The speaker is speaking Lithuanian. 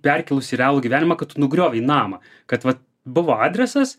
perkėlus į realų gyvenimą kad tu nugriovei namą kad vat buvo adresas